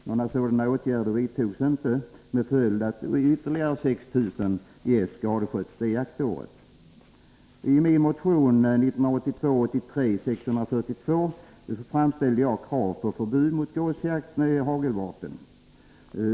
Några sådana åtgärder vidtogs inte, med följd att ytterligare 6 000 gäss skadsköts det jaktåret. I min motion 1982/83:642 framställde jag krav på förbud mot gåsjakt med hagelvapen.